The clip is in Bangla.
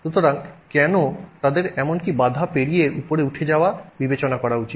সুতরাং কেন তাদের এমনকি বাধা পেরিয়ে উপরে উঠে যাওয়া বিবেচনা করা উচিত